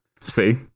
See